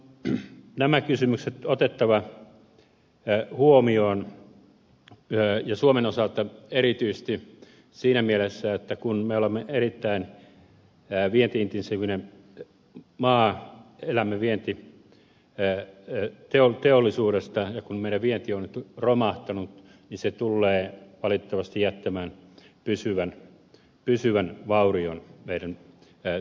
on nämä kysymykset otettava huomioon ja suomen osalta erityisesti siinä mielessä että kun me olemme erittäin vienti intensiivinen maa elämme vientiteollisuudesta ja kun meidän vientimme on romahtanut niin se tullee valitettavasti jättämään pysyvän vaurion meidän teollisuuteemme